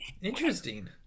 Interesting